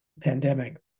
pandemic